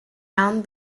found